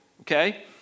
okay